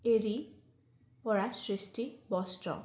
এৰী পৰা সৃষ্টি বস্ত্ৰ